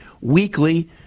weekly